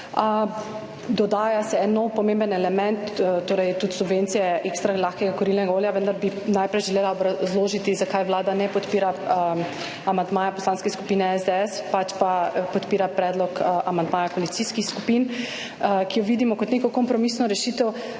Dodaja se en nov pomemben element, torej tudi subvencije ekstra lahkega kurilnega olja, vendar bi najprej želela obrazložiti zakaj Vlada ne podpira amandmaja Poslanske skupine SDS pač pa podpira predlog amandmaja koalicijskih skupin, ki jo vidimo kot neko kompromisno rešitev.